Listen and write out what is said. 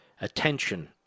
attention